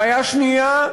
בעיה שנייה: